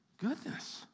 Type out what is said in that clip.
Goodness